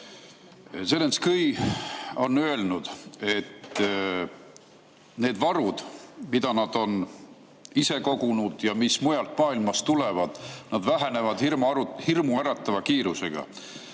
Zelenskõi on öelnud, et need varud, mida nad on ise kogunud ja mis mujalt maailmast tulevad, vähenevad hirmuäratava kiirusega,